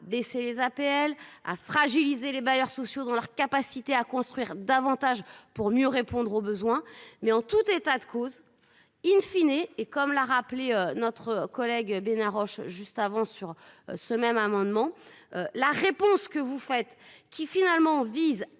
baisser les APL a fragilisé les bailleurs sociaux dans leur capacité à construire davantage pour mieux répondre aux besoins, mais en tout état de cause in fine et et comme l'a rappelé notre collègue Bernard Roche juste avant sur ce même amendement la réponse que vous faites qui finalement visent